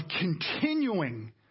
continuing